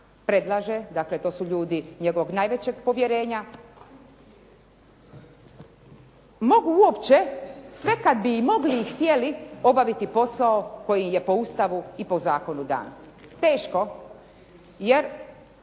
predlaže, dakle to su ljudi njegovog najvećeg povjerenja mogu uopće sve kad bi mogli i htjeli obaviti posao koji je po Ustavu i po zakonu dan. Teško jer